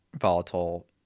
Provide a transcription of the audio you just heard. volatile